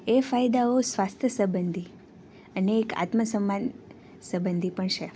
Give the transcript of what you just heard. એ ફાયદાઓ સ્વાસ્થ્ય સંબંધી અને એક આત્મા સન્માન સંબંધી પણ છે